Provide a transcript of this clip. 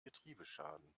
getriebeschaden